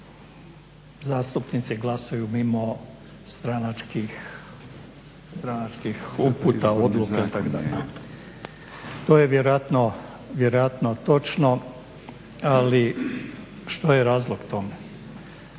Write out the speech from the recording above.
zastupnici glasaju mimo stranačkih uputa, odluka itd. To je vjerojatno točno, ali što je razlog tome?